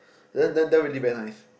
then then then we leave behind